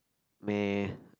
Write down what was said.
meh